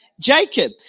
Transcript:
Jacob